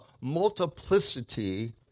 multiplicity